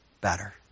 better